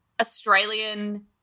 Australian